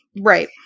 Right